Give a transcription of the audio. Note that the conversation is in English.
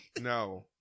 no